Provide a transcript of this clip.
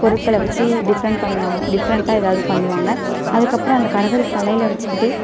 பொருட்களை வச்சு டிஃப்ரெண்ட் பண்ணுவாங்க டிஃப்ரெண்ட்டாக ஏதாது பண்ணுவாங்க அதுக்கப்புறம் அந்த கரகத்தை தலையில் வச்சுக்கிட்டே